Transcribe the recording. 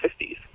50s